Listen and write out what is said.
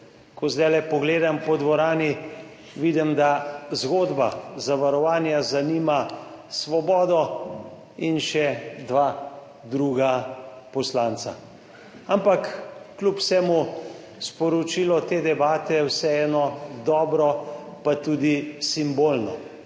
Ko zdajle pogledam po dvorani, vidim, da zgodba zavarovanja zanima Svobodo in še dva druga poslanca. Ampak kljub vsemu, sporočilo te debate je vseeno dobro pa tudi simbolno.